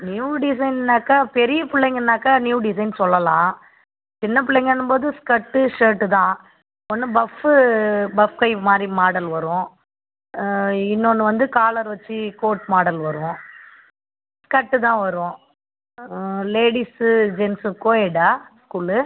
new டிஸைன்னாக்க பெரிய பிள்ளைங்கனாக்கா நியூ டிஸைன்ஸ் சொல்லலாம் சின்ன பிள்ளைங்கன்னும்போது ஸ்கர்ட் ஷர்ட் தான் ஒன்று பஃப் பஃப் கை மாதிரி மாடல் வரும் இன்னொன்று வந்து காலர் வச்சு கோட் மாடல் வரும் ஸ்கர்ட் வரும் வரும் லேடீஸ் ஜென்ஸ் கோஏட்டா ஸ்கூல்